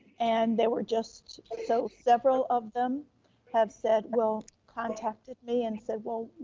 and they were just, so several of them have said, well, contacted me and said, well,